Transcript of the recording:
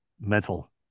mental